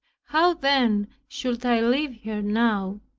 how, then, should i leave her now,